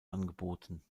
angeboten